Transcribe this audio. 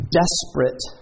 desperate